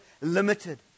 limited